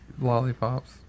lollipops